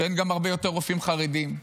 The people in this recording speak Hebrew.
שאין הרבה יותר רופאים חרדים,